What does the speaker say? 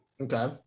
Okay